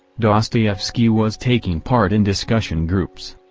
dostoyevsky was taking part in discussion groups.